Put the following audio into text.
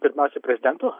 pirmiausia prezidento